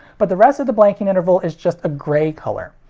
but the rest of the blanking interval is just a grey color.